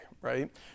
right